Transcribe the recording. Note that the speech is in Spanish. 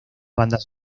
bandas